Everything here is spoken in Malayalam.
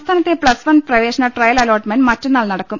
സംസ്ഥാനത്തെ പ്ലസ് വൺ പ്രവേശന ട്രയൽ അലോട്ട്മെന്റ് മറ്റന്നാൾ നടക്കും